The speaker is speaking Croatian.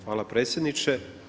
Hvala predsjedniče.